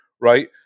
right